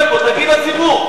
תגיד לציבור.